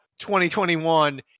2021